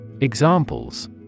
Examples